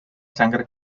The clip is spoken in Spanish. sangre